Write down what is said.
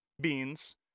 beans